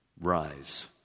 Rise